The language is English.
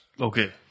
Okay